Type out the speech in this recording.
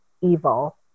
evil